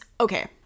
okay